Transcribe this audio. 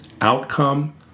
Outcome